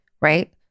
right